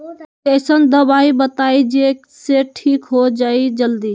कोई अईसन दवाई बताई जे से ठीक हो जई जल्दी?